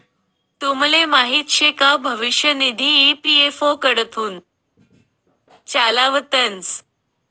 तुमले माहीत शे का भविष्य निधी ई.पी.एफ.ओ कडथून चालावतंस